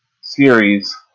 series